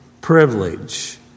privilege